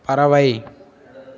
பறவை